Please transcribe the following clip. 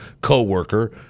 co-worker